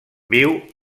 viu